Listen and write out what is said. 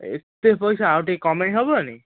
ଏତେ ପଇସା ଆଉ ଟିକେ କମାଇ ହେବନି